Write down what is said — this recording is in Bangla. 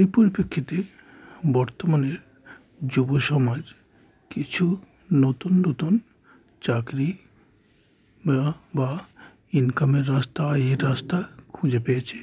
এই পরিপ্রেক্ষিতে বর্তমানের যুব সমাজ কিছু নতুন নতুন চাকরি বা ইনকামের রাস্তা আয়ের রাস্তা খুঁজে পেয়েছে